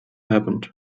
happened